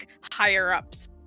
higher-ups